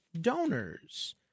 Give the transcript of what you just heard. donors